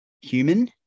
human